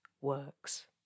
works